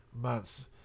months